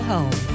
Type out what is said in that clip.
Home